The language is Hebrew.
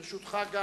ברשותך,